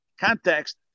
context